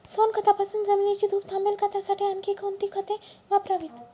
सोनखतापासून जमिनीची धूप थांबेल का? त्यासाठी आणखी कोणती खते वापरावीत?